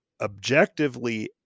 objectively